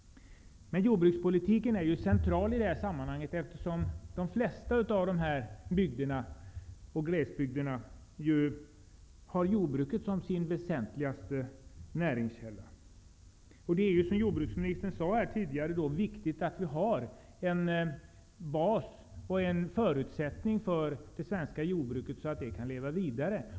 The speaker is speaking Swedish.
Jordbrukspolitiken är av central betydelse i detta sammanhang, eftersom glesbygderna har jordbruket som sin väsentligaste näringskälla. Därför är det -- som jordbruksministern sade -- viktigt att det finns en bas för det svenska jordbruket, för att det skall kunna leva vidare.